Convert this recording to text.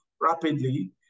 rapidly